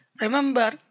Remember